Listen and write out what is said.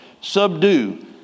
Subdue